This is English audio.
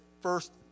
first